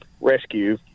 rescue